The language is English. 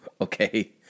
okay